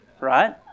Right